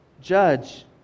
judge